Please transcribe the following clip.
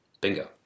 Bingo